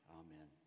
amen